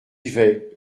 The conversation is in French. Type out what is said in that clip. vais